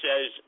says